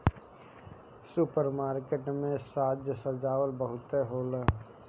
super market में साज सज्जा बहुते होला